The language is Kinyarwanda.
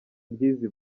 ry’izi